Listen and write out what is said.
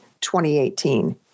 2018